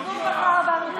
הציבור בחר בנו.